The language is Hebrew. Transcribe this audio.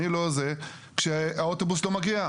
אני לא זה כשהאוטובוס לא מגיע,